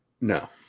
No